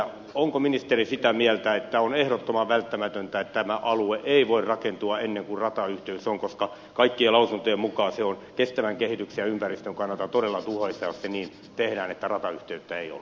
onko ministeri sitä mieltä että on ehdottoman välttämätöntä että tämä alue ei voi rakentua ennen kuin ratayhteys on koska kaikkien lausuntojen mukaan se on kestävän kehityksen ja ympäristön kannalta todella tuhoisaa jos se niin tehdään että ratayhteyttä ei ole